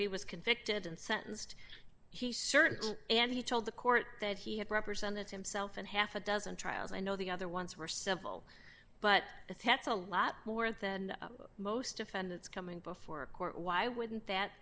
he was convicted and sentenced he certain and he told the court that he had represented himself in half a dozen trials i know the other ones were civil but that's a lot more than most defendants coming before a court why wouldn't that